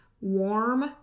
warm